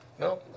No